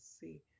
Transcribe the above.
see